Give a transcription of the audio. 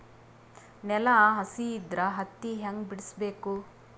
ನೆಲ ಹಸಿ ಇದ್ರ ಹತ್ತಿ ಹ್ಯಾಂಗ ಬಿಡಿಸಬೇಕು?